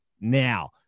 now